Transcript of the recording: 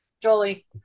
Jolie